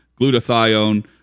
glutathione